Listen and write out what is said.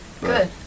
Good